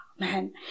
Man